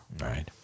right